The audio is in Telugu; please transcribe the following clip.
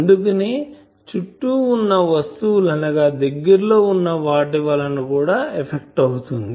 అందుకనే చుట్టూ ఉన్న వస్తువులు అనగా దగ్గర లో ఉన్న వాటి వలన కూడా ఎఫెక్ట్ అవుతుంది